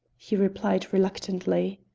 he replied reluctantly.